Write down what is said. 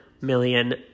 million